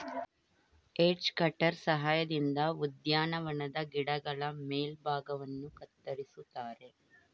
edge cutter ಸಹಾಯದಿಂದ ಉದ್ಯಾನವನದ ಗಿಡಗಳ ಮೇಲ್ಭಾಗವನ್ನು ಕತ್ತರಿಸುತ್ತಾರೆ